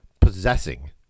possessing